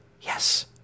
Yes